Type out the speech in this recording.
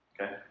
Okay